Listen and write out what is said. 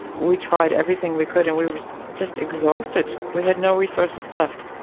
we tried everything we could and we were just exhausted, we had no resources left.